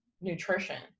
nutrition